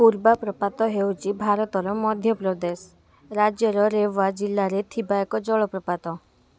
ପୂର୍ବା ପ୍ରପାତ ହେଉଛି ଭାରତର ମଧ୍ୟପ୍ରଦେଶ ରାଜ୍ୟର ରେୱା ଜିଲ୍ଲାରେ ଥିବା ଏକ ଜଳପ୍ରପାତ